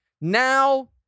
Now